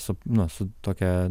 su nu su tokia